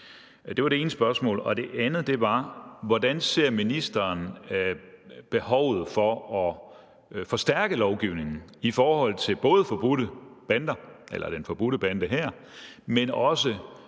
Det var det ene spørgsmål. Det andet spørgsmål er: Hvordan ser ministeren behovet for at forstærke lovgivningen i forhold til både den forbudte bande her, men også